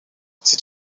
c’est